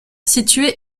située